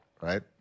right